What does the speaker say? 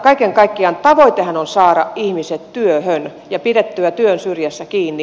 kaiken kaikkiaan tavoitehan on saada ihmiset työhön ja pidettyä työn syrjässä kiinni